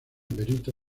perito